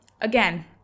Again